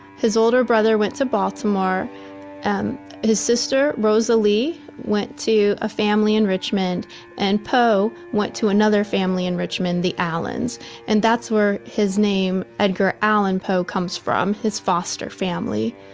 his older brother went to baltimore and his sister rosa lee went to a family enrichment and poe went to another family in richmond the allens and that's where his name edgar allan poe comes from. his foster family.